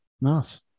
Nice